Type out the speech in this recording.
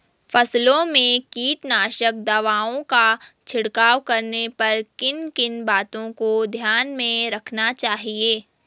फसलों में कीटनाशक दवाओं का छिड़काव करने पर किन किन बातों को ध्यान में रखना चाहिए?